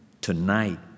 tonight